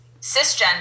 cisgender